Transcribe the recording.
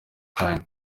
kanya